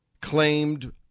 claimed